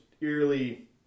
eerily